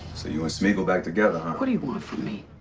you and smiegel back together, huh? what do you want from me?